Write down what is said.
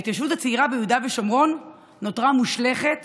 ההתיישבות הצעירה ביהודה ושומרון נותרה מושלכת